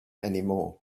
anymore